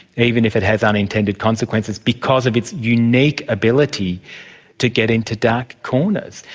even if it has unintended consequences, because of its unique ability to get into dark corners?